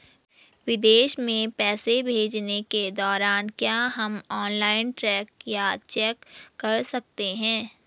विदेश में पैसे भेजने के दौरान क्या हम ऑनलाइन ट्रैक या चेक कर सकते हैं?